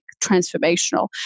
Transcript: transformational